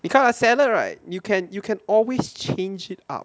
because a salad right you can you can always change it up